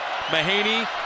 Mahaney